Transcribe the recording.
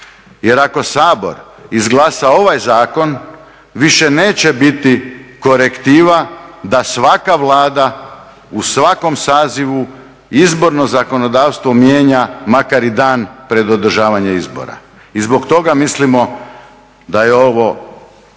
jer ako Sabor izglasa ovaj zakon više neće biti korektiva da svaka Vlada u svakom sazivu izborno zakonodavstvo mijenja makar i dan pred održavanje izbora. I zbog toga mislimo da je ovo